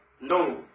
No